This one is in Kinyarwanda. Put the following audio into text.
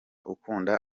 ukunda